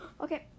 Okay